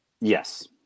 Yes